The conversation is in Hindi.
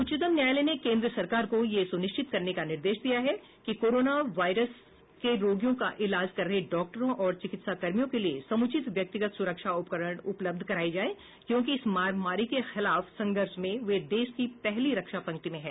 उच्चतम न्यायालय ने केन्द्र सरकार को यह सुनिश्चित करने का निर्देश दिया है कि कोरोना वायरस के रोगियों का इलाज कर रहे डॉक्टरों और चिकित्सा कर्मियों के लिए समुचित व्यक्तिगत सुरक्षा उपकरण उपलब्ध कराए जाएं क्योंकि इस महामारी के खिलाफ संघर्ष में वे देश की पहली रक्षा पंक्ति हैं